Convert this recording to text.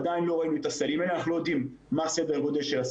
עדיין לא רואים את הסלים האלה ולא יודעים מה היקף הסלים האלה,